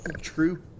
True